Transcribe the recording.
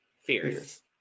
Fierce